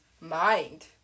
mind